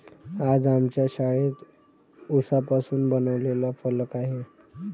आज आमच्या शाळेत उसापासून बनवलेला फलक आहे